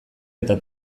eta